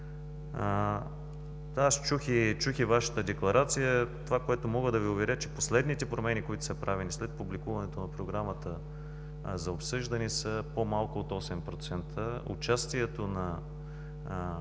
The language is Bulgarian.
Аз чух и Вашата декларация. Това, което мога да Ви уверя, е, че последните промени, които са правени след публикуването на Програмата за обсъждане, са по-малко от 8%.